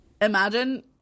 imagine